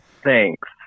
Thanks